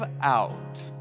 out